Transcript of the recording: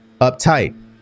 uptight